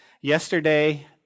yesterday